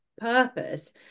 purpose